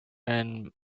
and